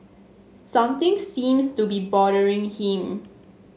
something seems to be bothering him